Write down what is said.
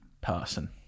person